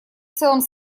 целом